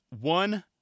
one